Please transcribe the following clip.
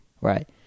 right